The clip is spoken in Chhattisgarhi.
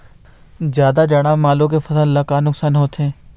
जादा जाड़ा म आलू के फसल ला का नुकसान होथे?